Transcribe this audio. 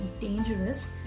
dangerous